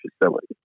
facility